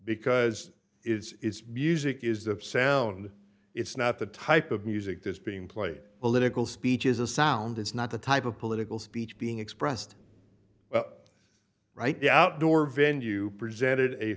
because it's busey is the sound it's not the type of music this being played political speech is a sound it's not the type of political speech being expressed right the outdoor venue presented a